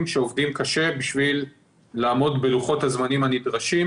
שעובדים קשה בשביל לעמוד בלוחות-הזמנים הנדרשים,